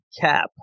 Cap